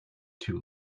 too